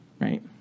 right